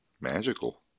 magical